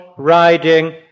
riding